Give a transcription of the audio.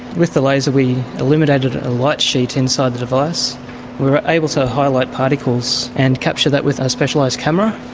with the laser we illuminated a light sheet inside the device. we were able to highlight particles and capture that with a specialised camera.